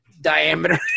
diameter